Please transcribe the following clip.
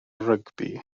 rygbi